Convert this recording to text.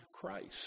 Christ